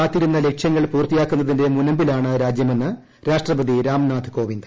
ദീർഘകാലമായി കാത്തിരുന്ന ലക്ഷ്യങ്ങൾ പൂർത്തിയാക്കുന്നതിന്റെ മുനമ്പിലാണ് രാജ്യമെന്ന് രാഷ്ട്രപതി രാംനാഥ് കോവിന്ദ്